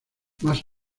más